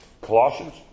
Colossians